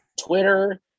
Twitter